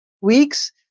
weeks